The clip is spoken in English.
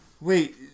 Wait